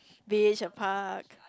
beach or park